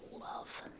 love